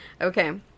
Okay